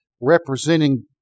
representing